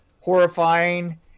horrifying